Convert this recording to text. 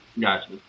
Gotcha